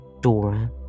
Dora